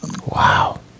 Wow